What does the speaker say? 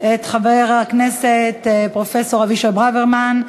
חבר הכנסת פרופסור אבישי ברוורמן,